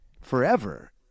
forever